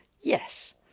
Yes